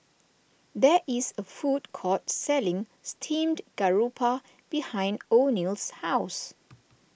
there is a food court selling Steamed Garoupa behind oneal's house